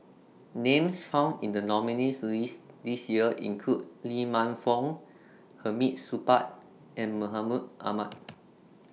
Names found in The nominees' list This Year include Lee Man Fong Hamid Supaat and Mahmud Ahmad